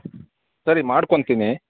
ಸರಿ ಮಾಡ್ಕೋತೀನಿ